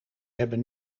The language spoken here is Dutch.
hebben